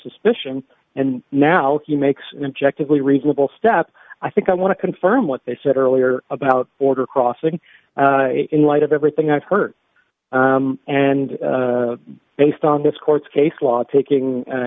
suspicion and now he makes an objective lee reasonable step i think i want to confirm what they said earlier about border crossing in light of everything i've heard and based on this court case law taking